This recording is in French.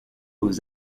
aux